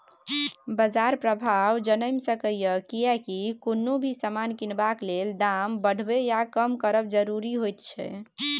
बाजार प्रभाव जनैम सकेए कियेकी कुनु भी समान किनबाक लेल दाम बढ़बे या कम करब जरूरी होइत छै